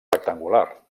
rectangular